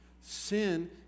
sin